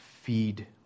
feed